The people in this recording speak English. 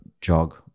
jog